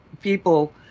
people